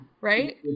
Right